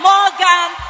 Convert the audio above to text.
Morgan